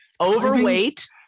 overweight